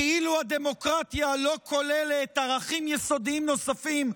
כאילו הדמוקרטיה לא כוללת ערכים יסודיים נוספים,